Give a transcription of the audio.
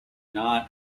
not